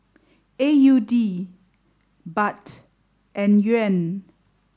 A U D Baht and Yuan